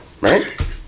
Right